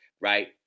right